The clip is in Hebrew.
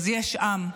יש עם,